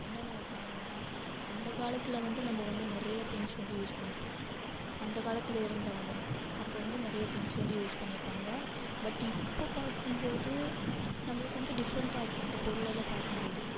என்னென்ன வைப்பாங்கன்னா அந்த காலத்தில் வந்து நம்ப வந்து நிறைய திங்ஸ் வந்து யூஸ் பண்ணியிருப்போம் அந்த காலத்தில் இருந்தவங்க அப்போது வந்து நிறைய திங்ஸ் வந்து யூஸ் பண்ணியிருப்பாங்க பட் இப்போது பார்க்கும்போது நம்பளுக்கு வந்து டிஃப்ரெண்ட்டாக இருக்கும் அந்த பொருள் எல்லாம் பார்க்கும்போது